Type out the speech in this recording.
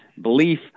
belief